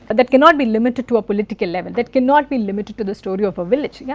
but that cannot be limited to a political level, that cannot be limited to the story of a village, yeah